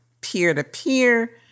peer-to-peer